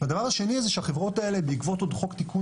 והדבר השני שהחברות האלה בעקבות חוק תיקון